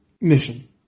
mission